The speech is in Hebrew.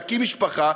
להקים משפחה,